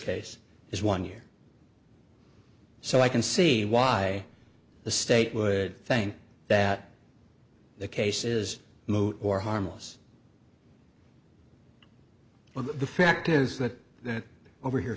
case is one year so i can see why the state would think that the case is moot or harmless well the fact is that that over here